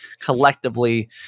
collectively